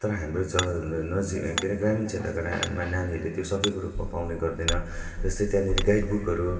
तर हाम्रो नजिकै अरे ग्रामीण क्षेत्रका नानीहरूले त्यो सब कुरो पाउने गर्दैन जस्तै त्यहाँनेरि गाइड बुकहरू